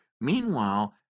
Meanwhile